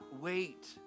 wait